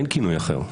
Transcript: אין כינוי אחר.